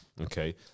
Okay